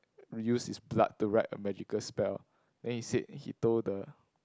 reuse his blood to write a magical spell then he said he told the